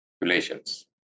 relations